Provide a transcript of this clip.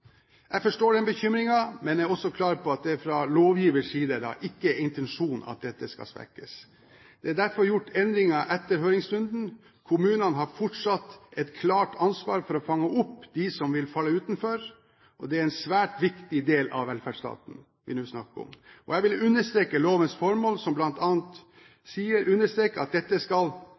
Jeg forstår den bekymringen, men er også klar på at det fra lovgivers side ikke er intensjonen at dette skal svekkes. Det er derfor gjort endringer etter høringsrunden. Kommunene har fortsatt et klart ansvar for å fange opp de som vil falle utenfor, og det er en svært viktig del av velferdsstaten vi nå snakker om. Jeg vil understreke lovens formål som bl.a. understreker at den skal